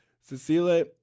Cecile